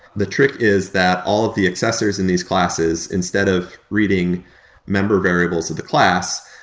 the trick is that all of the accessories in these classes, instead of reading member variables of the class,